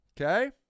Okay